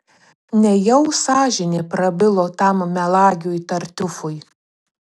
nejau sąžinė prabilo tam melagiui tartiufui